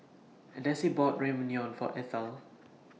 Desi bought Ramyeon For Ethel